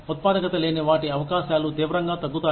ఉత్పాదకత లేని వాటి అవకాశాలు తీవ్రంగా తగ్గుతాయి